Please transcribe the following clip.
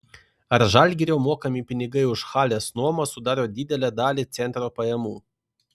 ar žalgirio mokami pinigai už halės nuomą sudaro didelę dalį centro pajamų